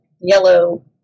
yellow